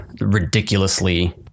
ridiculously